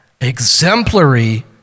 exemplary